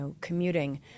commuting